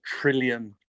trillion